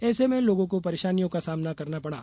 ऐसे में लोगों को परेशानियों का सामना करना पड़ा